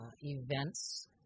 events